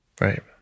Right